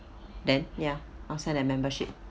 then ya I'll sign the membership